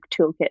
toolkit